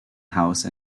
house